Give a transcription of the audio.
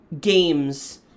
games